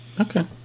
Okay